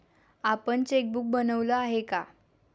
आपण चेकबुक बनवलं आहे का?